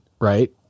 right